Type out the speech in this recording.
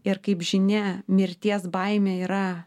ir kaip žinia mirties baimė yra